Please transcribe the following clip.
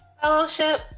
Fellowship